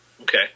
Okay